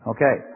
Okay